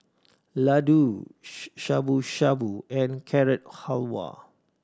Ladoo Shabu Shabu and Carrot Halwa